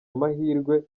amahirwe